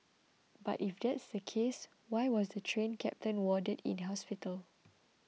but if that's the case why was the Train Captain warded in hospital